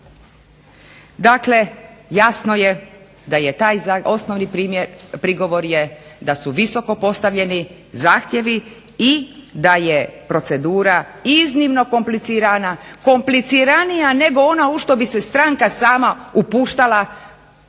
Dakle, jasno je da je osnovni prigovor da su visoko postavljeni zahtjevi i da je procedura iznimno komplicirana, kompliciranija nego ona u što bi se stranka sama upuštala